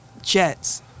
Jets